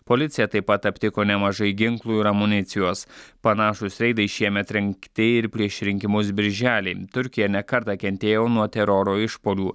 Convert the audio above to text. policija taip pat aptiko nemažai ginklų ir amunicijos panašūs reidai šiemet rengti ir prieš rinkimus birželį turkija ne kartą kentėjo nuo teroro išpuolių